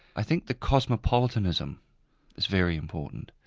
i think the cosmopolitanism is very important.